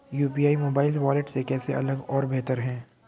UPI mobile wallet से कैसे अलग और बेहतर है?